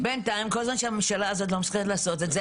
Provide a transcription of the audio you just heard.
כל זמן הממשלה הזאת לא עושה זאת,